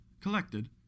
collected